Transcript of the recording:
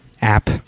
app